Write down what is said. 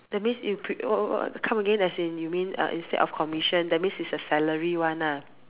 that means if what what what come again as in you mean uh instead of commission that means is the salary one lah mm